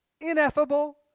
ineffable